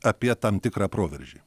apie tam tikrą proveržį